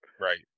Right